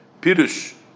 Pirush